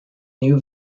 new